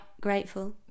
grateful